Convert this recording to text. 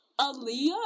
Aaliyah